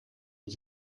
est